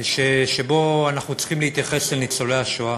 שבו אנחנו צריכים להתייחס אל ניצולי השואה.